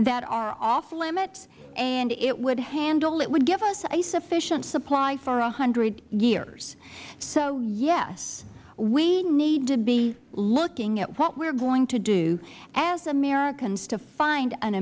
that are off limits and it would handle it would give us a sufficient supply for one hundred years so yes we need to be looking at what we are going to do as americans to find an